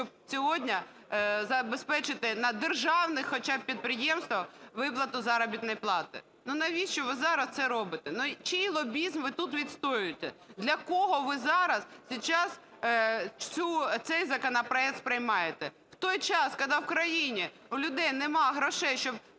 щоб сьогодні забезпечити на державних хоча б підприємствах виплату заробітної плати? Ну навіщо ви зараз це робите? Чий лобізм ви тут відстоюєте? Для кого ви зараз цей законопроект приймаєте? В той час, коли в країні, в людей нема грошей,